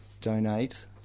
donate